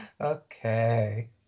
okay